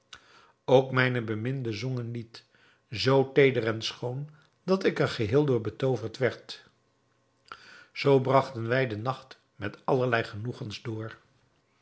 ook mijne beminde zong een lied zoo teeder en schoon dat ik er geheel door betooverd werd zoo bragten wij den nacht met allerlei genoegens door